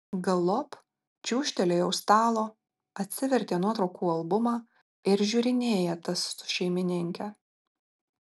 galop čiūžtelėjo už stalo atsivertė nuotraukų albumą ir žiūrinėja tas su šeimininke